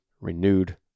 renewed